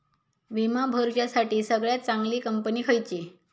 विमा भरुच्यासाठी सगळयात चागंली कंपनी खयची?